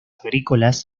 agrícolas